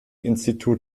institut